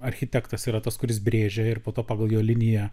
architektas yra tas kuris brėžia ir po to pagal jo liniją